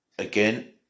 Again